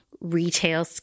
retail